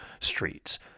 streets